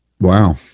wow